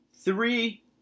three